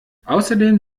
außerdem